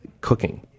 cooking